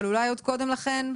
אבל אולי עוד קודם לכן,